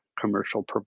commercial